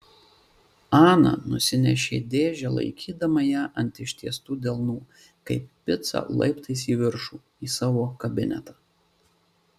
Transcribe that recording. ana nusinešė dėžę laikydama ją ant ištiestų delnų kaip picą laiptais į viršų į savo kabinetą